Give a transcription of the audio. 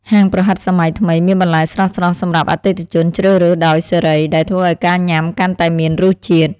ហាងប្រហិតសម័យថ្មីមានបន្លែស្រស់ៗសម្រាប់អតិថិជនជ្រើសរើសដោយសេរីដែលធ្វើឱ្យការញ៉ាំកាន់តែមានរសជាតិ។